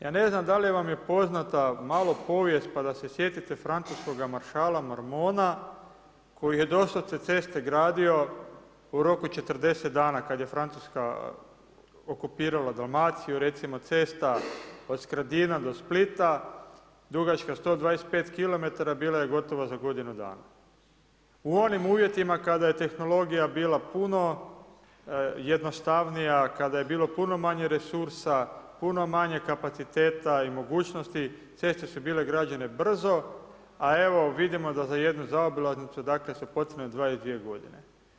Ja ne znam da li vam je poznata malo povijest pa da se sjetite francuskoga maršala Mormona koji je doslovce ceste gradio u roku 40 dana, kad je Francuska okupirala Dalmaciju, recimo cesta od Skradina do Splita, dugačka 125 kilometra bila je gotova za godinu dana u onim uvjetima kada je tehnologija bila puno jednostavnija, kada je bilo puno manje resursa, puno manje kapaciteta i mogućnosti ceste su bile građene brzo a evo vidimo da za jednu zaobilaznicu su potrebne 22 godine.